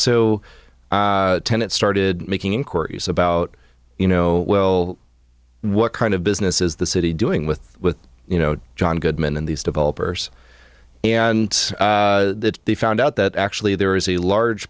so tenant started making inquiries about you know well what kind of business is the city doing with with you know john goodman and these developers and they found out that actually there is a large